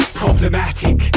problematic